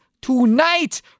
Tonight